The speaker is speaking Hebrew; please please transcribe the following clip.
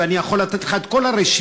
ואני יכול לתת לך את כל הרשימה.